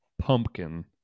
pumpkin